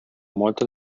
molto